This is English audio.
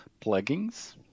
plugins